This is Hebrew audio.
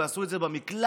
ועשו את זה במקלט,